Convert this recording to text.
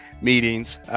meetings